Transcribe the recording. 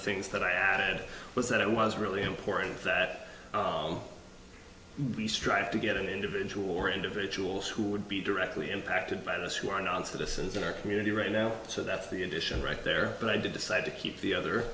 things that i had was that i was really important that we strive to get an individual or individuals who would be directly impacted by those who are non citizens in our community right now so that's the addition right there but i did decide to keep the other